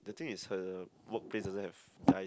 the thing is her work place also have guys